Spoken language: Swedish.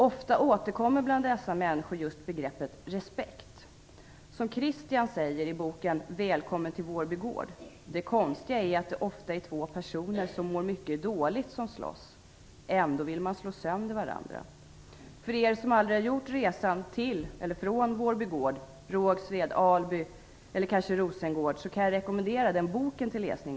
Ofta återkommer begreppet "respekt". I boken Välkommen till Vårby gård säger Kristian: "Det konstiga är att det ofta är två personer som mår mycket dåligt som slåss. Ändå vill man slå sönder varandra". För er som aldrig har gjort resan till eller från Vårby gård, Rågsved, Alby eller kanske Rosengård kan jag rekommendera den här boken till läsning.